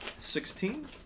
Sixteen